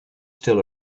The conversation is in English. still